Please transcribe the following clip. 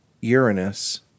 Uranus